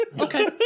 Okay